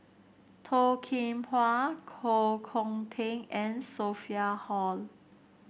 Toh Kim Hwa Koh Hong Teng and Sophia Hull